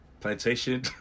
plantation